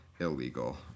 illegal